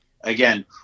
again